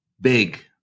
big